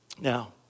Now